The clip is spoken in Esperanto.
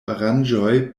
aranĝoj